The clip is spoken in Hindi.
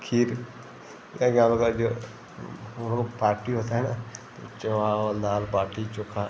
खीर का क्या बताएँ जो हमलोग पार्टी होती है ना तो चावल दाल बाटी चोख़ा